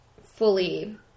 fully